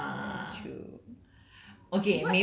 ya but you stay at your own house mah